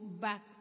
back